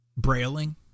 Brailing